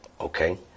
Okay